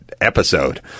episode